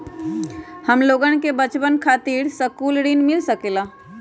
हमलोगन के बचवन खातीर सकलू ऋण मिल सकेला?